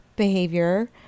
behavior